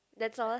that's all